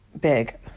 Big